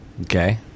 Okay